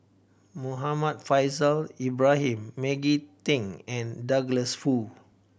Muhammad Faishal Ibrahim Maggie Teng and Douglas Foo